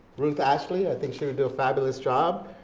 ruth ashley. i think she would do a fabulous job,